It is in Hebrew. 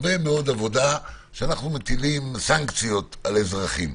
הרבה מאוד סנקציות שאנחנו מטילים על אזרחים.